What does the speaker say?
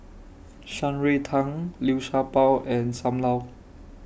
Shan Rui Tang Liu Sha Bao and SAM Lau